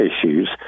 issues